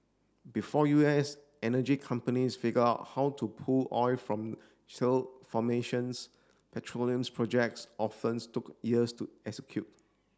before U S energy companies figured out how to pull oil from shale formations petroleum's projects often took years to execute